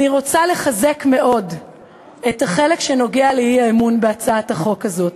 אני רוצה לחזק מאוד את החלק שנוגע לאי-אמון בהצעת החוק הזאת,